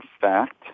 fact